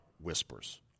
whispers